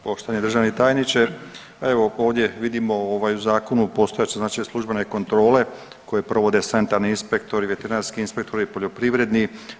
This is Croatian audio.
Poštovani državni tajniče, pa evo ovdje vidimo ovaj u zakonu postojat će znači službene kontrole koje provode sanitarni inspektori, veterinarski inspektori, poljoprivredni.